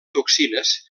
toxines